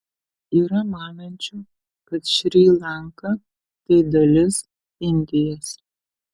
yra manančių kad šri lanka tai dalis indijos